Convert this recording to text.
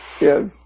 Yes